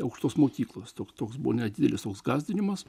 aukštos mokyklos toks toks buvo nedidelis toks gąsdinimas